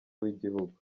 w’igihugu